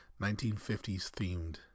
1950s-themed